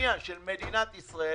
המניע של מדינת ישראל.